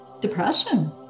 depression